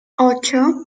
ocho